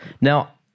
Now